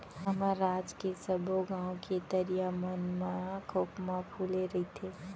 हमर राज के सबो गॉंव के तरिया मन म खोखमा फूले रइथे